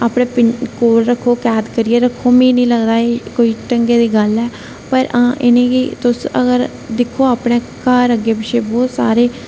अपने कोल रक्खो कैद करियै रक्खो मि नेईं लगदा एह् कोई ढंगे दी गल्ल ऐ पर हां इनेंगी तुस अगर दिक्खो अपने घर अग्गे पिच्छे बहुत सारे